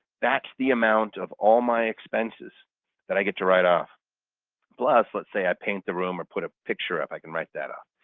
that's the amount of all my expenses that i get to write off plus let's say i paint the room or put a picture up, i can write that off